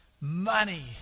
Money